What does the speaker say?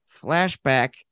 flashback